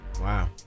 Wow